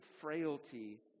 frailty